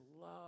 love